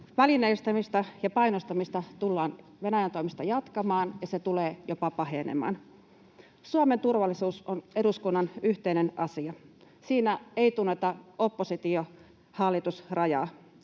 välineellistämistä ja painostamista tullaan Venäjän toimesta jatkamaan ja se tulee jopa pahenemaan. Suomen turvallisuus on eduskunnan yhteinen asia. Siinä ei tunneta oppositio—hallitus-rajaa.